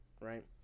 right